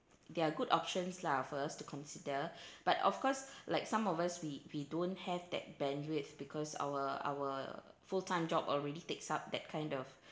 they are good options lah first to consider but of course like some of us we we don't have that bandwidth because our our full time job already takes up that kind of